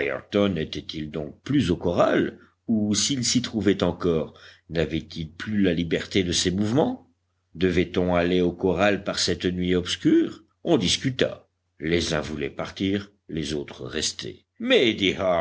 ayrton n'était-il donc plus au corral ou s'il s'y trouvait encore n'avait-il plus la liberté de ses mouvements devait-on aller au corral par cette nuit obscure on discuta les uns voulaient partir les autres rester mais